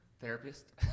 Therapist